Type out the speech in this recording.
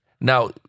Now